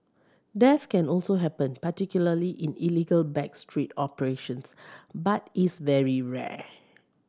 death can also happen particularly in illegal back street operations but is very rare